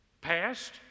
Past